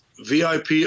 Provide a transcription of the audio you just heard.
VIP